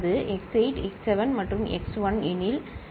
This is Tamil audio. எனவே x8 x7 மற்றும் x1 எனவே x 8 x 7 மற்றும் 1 இது 1